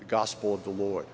the gospel of the lord